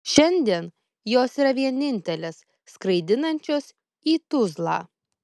šiandien jos yra vienintelės skraidinančios į tuzlą